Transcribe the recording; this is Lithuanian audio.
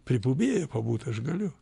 pribuvėju pabūt aš galiu